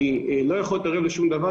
אני לא יכול להיות ערב לשום דבר,